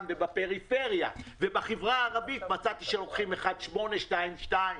ובפריפריה ובחברה הערבית מצאתי שלוקחים 1.8 ו-2.2.